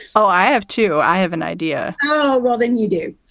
oh, i have to. i have an idea oh, well, then you do.